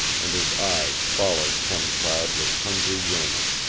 and his eyes followed sun cloud with hungry yearning.